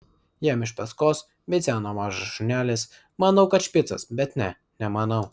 jam iš paskos bidzeno mažas šunelis manau kad špicas bet ne nemanau